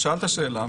שאלת שאלה,